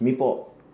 mee pok